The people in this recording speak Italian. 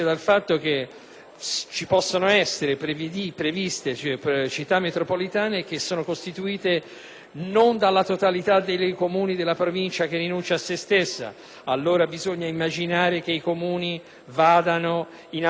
che possono essere previste Città metropolitane costituite dalla non totalità dei Comuni della Provincia che rinuncia a sé stessa, dunque bisogna immaginare che i Comuni passino ad altre Province.